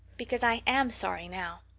because i am sorry now.